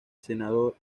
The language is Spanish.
senador